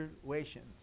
situations